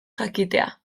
jakitea